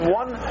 one